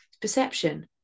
Perception